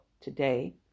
today